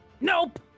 Nope